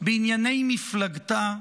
בענייני מפלגתה,